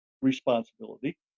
responsibility